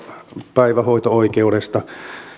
päivähoito oikeudesta